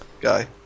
guy